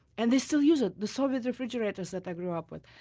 and they still use it, the soviet refrigerators that i grew up with,